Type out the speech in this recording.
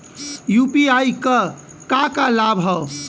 UPI क का का लाभ हव?